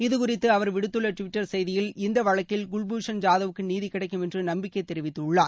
இதுகுறித்து அவர் விடுத்துள்ள டுவிட்டர் செய்தியில் இந்த வழக்கில் குவ்பூஷன் ஜாதவ் க்கு நீதி கிடைக்கும் என்று நம்பிக்கை தெரிவித்துள்ளார்